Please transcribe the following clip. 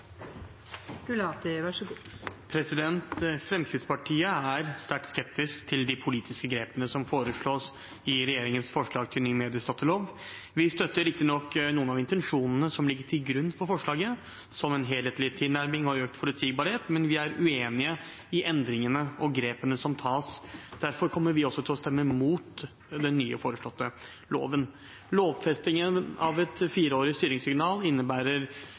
foreslås i regjeringens forslag til ny mediestøttelov. Vi støtter riktignok noen av intensjonene som ligger til grunn for forslaget, som en helhetlig tilnærming og økt forutsigbarhet, men vi er uenige i endringene og grepene som tas. Derfor kommer vi også til å stemme imot den nye foreslåtte loven. Lovfestingen av et fireårig styringssignal innebærer